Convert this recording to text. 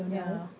ya